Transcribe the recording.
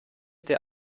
der